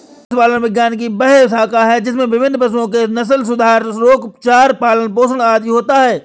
पशुपालन विज्ञान की वह शाखा है जिसमें विभिन्न पशुओं के नस्लसुधार, रोग, उपचार, पालन पोषण आदि होता है